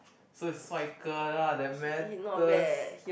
so is like lah that matters